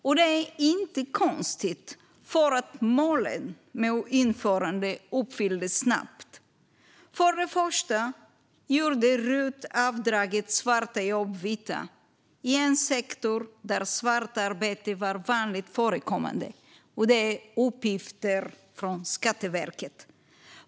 Och det är inte konstigt, för målen med införandet uppfylldes snabbt. För det första gjorde RUT-avdraget svarta jobb vita i en sektor där svart arbete var vanligt förekommande. Detta är uppgifter från Skatteverket.